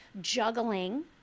juggling